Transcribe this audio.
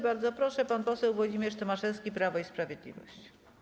Bardzo proszę, pan poseł Włodzimierz Tomaszewski, Prawo i Sprawiedliwość.